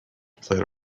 played